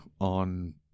on